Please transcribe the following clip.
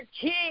King